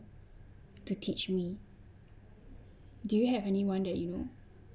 to teach me do you have anyone that you know